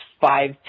five